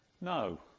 no